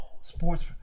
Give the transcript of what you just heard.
sports